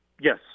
Yes